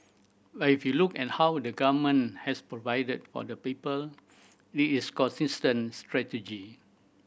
but if you look at how the Government has provided for the people it is consistent strategy